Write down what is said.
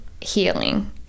healing